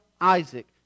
Isaac